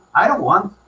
i don't want